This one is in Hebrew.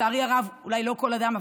אולי לא כל אדם,